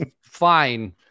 fine